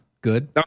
Good